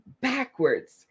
backwards